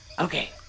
Okay